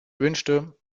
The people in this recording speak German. wünschte